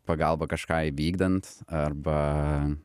pagalba kažką įvykdant arba